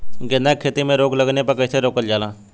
गेंदा की खेती में रोग लगने पर कैसे रोकल जाला?